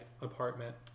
apartment